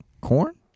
Corn